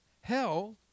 Hell